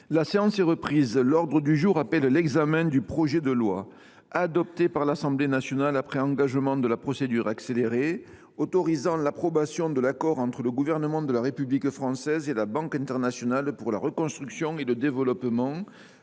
La séance est reprise. L’ordre du jour appelle l’examen du projet de loi, adopté par l’Assemblée nationale après engagement de la procédure accélérée, autorisant l’approbation de l’accord entre le Gouvernement de la République française et la Banque internationale pour la reconstruction et le développement,